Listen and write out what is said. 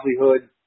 livelihood